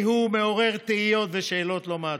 כי הוא מעורר תהיות ושאלות לא מעטות.